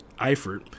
Eifert